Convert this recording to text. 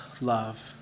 love